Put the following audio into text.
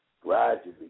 gradually